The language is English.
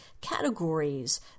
categories